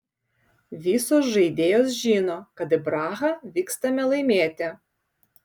visos žaidėjos žino kad į prahą vykstame laimėti